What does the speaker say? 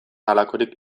halakorik